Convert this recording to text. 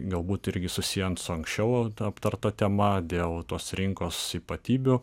galbūt irgi susiejant su anksčiau aptarta tema dėl tos rinkos ypatybių